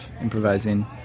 improvising